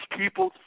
people